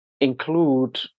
include